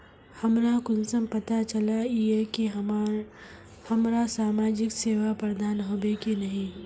हमरा कुंसम पता चला इ की हमरा समाजिक सेवा प्रदान होबे की नहीं?